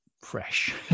fresh